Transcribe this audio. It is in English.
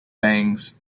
fangs